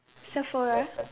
Sephora